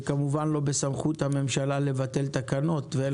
כמובן לא בסמכות הממשלה לבטל תקנות ואין